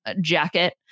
Jacket